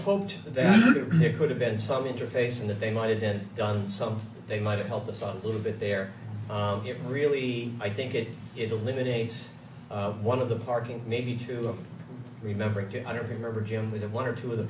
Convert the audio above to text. hoped that there would have been some interface in that they might have been done some they might have helped us out a little bit there it really i think it is a limited case of one of the parking maybe to remember to i don't remember jim with one or two of the